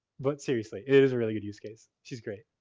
but seriously it is a really good use case. she's great.